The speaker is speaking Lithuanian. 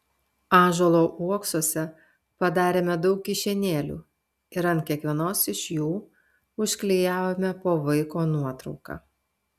ąžuolo uoksuose padarėme daug kišenėlių ir ant kiekvienos iš jų užklijavome po vaiko nuotrauką